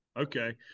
okay